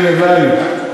הלוואי.